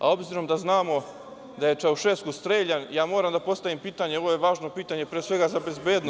S obzirom da znamo da je Čaušesku streljan, moram da postavim pitanje, ovo je važno pitanje pre svega za bezbednost…